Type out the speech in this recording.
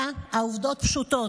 התחתונה, העובדות פשוטות: